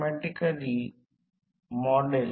V V1 V2 मिळवा